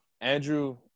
Andrew –